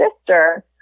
sister